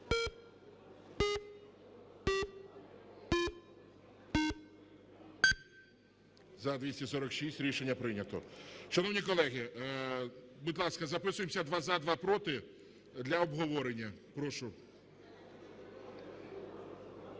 За-246 Рішення прийнято. Шановні колеги, будь ласка, записуємося: два – за, два – проти. Для обговорення. Прошу.